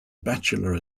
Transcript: bachelor